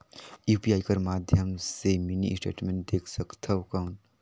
UPI कर माध्यम से मिनी स्टेटमेंट देख सकथव कौन?